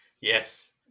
Yes